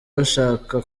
bashaka